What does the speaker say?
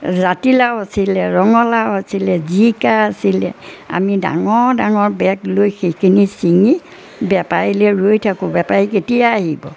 জাতিলাও আছিলে ৰঙালাও আছিলে জিকা আছিলে আমি ডাঙৰ ডাঙৰ বেগ লৈ সেইখিনি ছিঙি বেপাৰীলৈ ৰৈ থাকোঁ বেপাৰী কেতিয়া আহিব